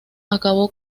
acabó